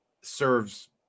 serves